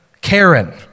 Karen